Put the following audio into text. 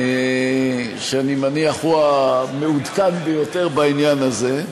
אני מניח שהוא המעודכן ביותר בעניין הזה.